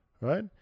right